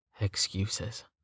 Excuses